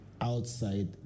outside